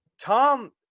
Tom